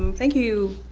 um thank you,